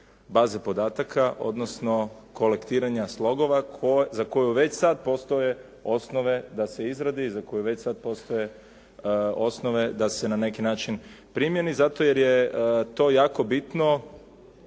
baze podataka odnosno kolektiranja slogova za koju već sad postoje osnove da se izrade i za koju već sad postoje osnove da se na neki način primjeni, zato jer je to jako bitno